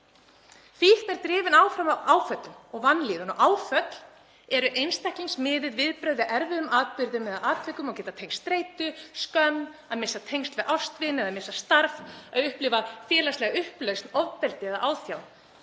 Fíkn er drifin áfram af áföllum og vanlíðan. Áföll eru einstaklingsmiðuð viðbrögð við erfiðum atburðum eða atvikum og geta tengst streitu, skömm, að missa tengsl við ástvin eða að missa starf, að upplifa félagslega upplausn, ofbeldi eða áþján.